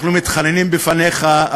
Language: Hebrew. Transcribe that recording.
אנחנו מתחננים בפניך,